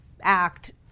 act